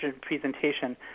presentation